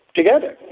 together